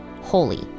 holy